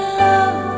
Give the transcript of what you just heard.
love